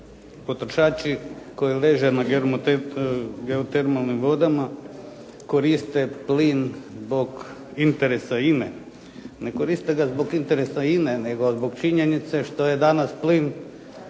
potrošači koji leže na geotermalnim vodama, koriste plin zbog interesa INA-e. Ne koriste ga zbog interesa INA-e, nego zbog činjenice što je danas plin